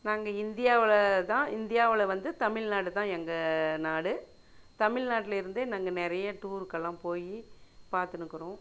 நாங்கள் இந்தியாவில் தான் இந்தியாவில் வந்து தமிழ்நாடு தான் எங்கள் நாடு தமிழ்நாட்டில் இருந்தே நாங்கள் நிறைய டூருக்கெல்லாம் போய் பார்த்துணுக்கறோம்